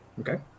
Okay